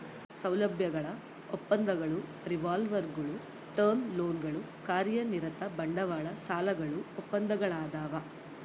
ಸೌಲಭ್ಯಗಳ ಒಪ್ಪಂದಗಳು ರಿವಾಲ್ವರ್ಗುಳು ಟರ್ಮ್ ಲೋನ್ಗಳು ಕಾರ್ಯನಿರತ ಬಂಡವಾಳ ಸಾಲಗಳು ಒಪ್ಪಂದಗಳದಾವ